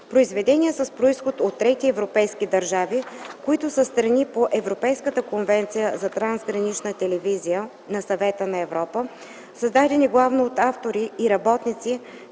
произведения с произход от трети европейски държави, които са страни по Европейската конвенция за трансгранична телевизия на Съвета на Европа, създадени главно от автори и работници,